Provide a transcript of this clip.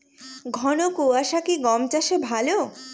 ঘন কোয়াশা কি গম চাষে ভালো?